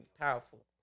powerful